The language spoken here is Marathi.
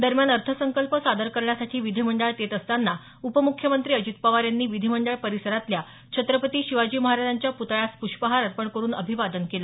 दरम्यान अर्थसंकल्प सादर करण्यासाठी विधीमंडळात येत असताना उपम्ख्यमंत्री अजित पवार यांनी विधीमंडळ परिसरातल्या छत्रपती शिवाजी महाराजांच्या प्तळ्यास प्रष्पहार अर्पण करुन अभिवादन केलं